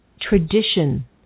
tradition